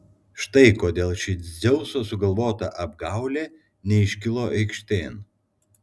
štai kodėl ši dzeuso sugalvota apgaulė neiškilo aikštėn